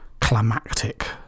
climactic